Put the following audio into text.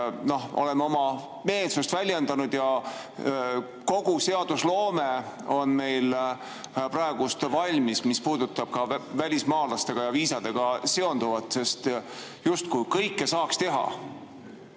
oleme oma meelsust väljendanud ja kogu seadusloome on meil praegu valmis? Ja see puudutab ka välismaalastega ja viisadega seonduvat, sest justkui kõike saab teha?